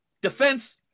Defense